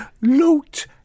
loot